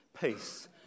peace